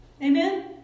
Amen